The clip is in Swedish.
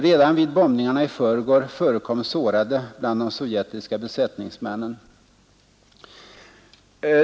Redan vid bombningarna i förrgår förekom sårade bland de sovjetiska besättningsmännen.